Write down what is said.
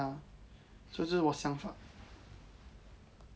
ya 所以这就是我想法